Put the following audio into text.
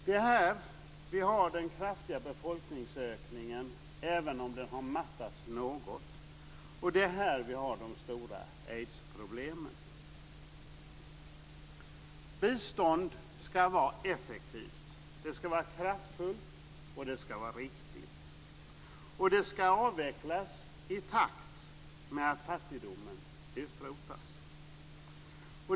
Det är här vi har den kraftiga befolkningsökningen, även om den har mattats något. Det är här vi har de stora aidsproblemen. Bistånd ska vara effektivt. Det ska vara kraftfullt, och det ska vara riktigt. Det ska avvecklas i takt med att fattigdomen utrotas.